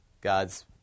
God's